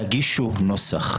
תגישו נוסח.